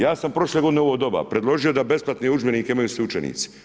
Ja sam prošle godine u ovo doba predložio da besplatne udžbenike imaju svi učenici.